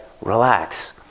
relax